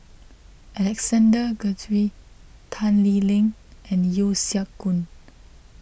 Alexander Guthrie Tan Lee Leng and Yeo Siak Goon